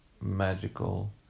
magical